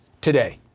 today